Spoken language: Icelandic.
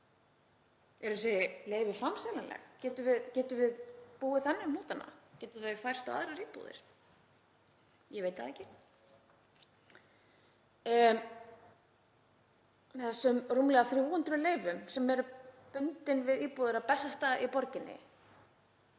Eru þessi leyfi framseljanleg, getum við búið þannig um hnútana, geta þau færst á aðrar íbúðir? Ég veit það ekki. Með þessum rúmlega 300 leyfum sem eru bundin við íbúðir á besta stað í borginni